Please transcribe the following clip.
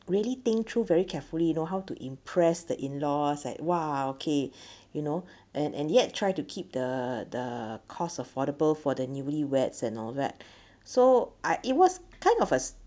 really think through very carefully you know how to impress the in-laws like !wah! okay you know and and yet try to keep the the cost affordable for the newly-weds and all that so I it was kind of a